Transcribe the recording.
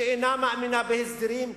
שאינה מאמינה בהסדרים,